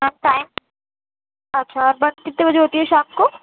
اچھا ہے اچھا بند کتنے بجے ہوتی ہے شام کو